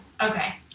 okay